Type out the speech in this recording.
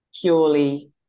purely